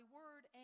word